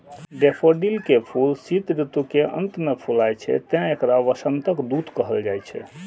daffodil के फूल शीत ऋतु के अंत मे फुलाय छै, तें एकरा वसंतक दूत कहल जाइ छै